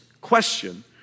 question